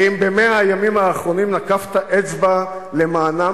האם ב-100 הימים האחרונים נקפת אצבע למענם